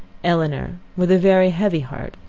elinor, with a very heavy heart,